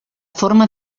forma